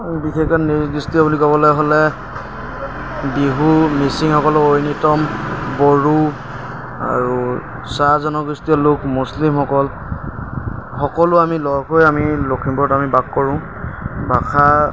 আৰু বিশেষকৈ নৃগোষ্ঠীয় বুলি ক'বলৈ হ'লে বিহু মিচিংসকলৰ ঐনিতম বড়ো আৰু চাহ জনগোষ্ঠীয় লোক মুছলিমসকল সকলো আমি লগ হৈ আমি লখিমপুৰত আমি বাস কৰোঁ ভাষা